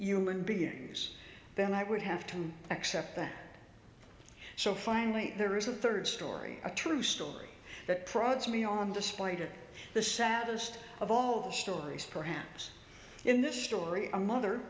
human beings then i would have to accept that so finally there is a third story a true story that prods me on the splendor the saddest of all the stories perhaps in this story a mother